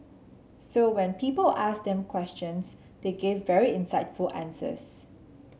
so when people asked them questions they gave very insightful answers